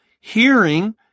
Hearing